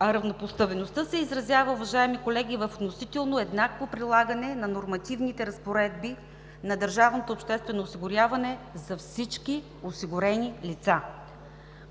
равнопоставеността се изразява, уважаеми колеги, в относително еднакво прилагане на нормативните разпоредби на държавното обществено осигуряване за всички осигурени лица.